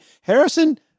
Harrison